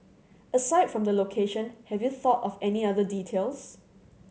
aside from the location have you thought of any other details